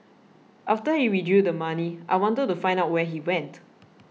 after he withdrew the money I wanted to find out where he went